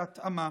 בהתאמה.